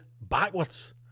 backwards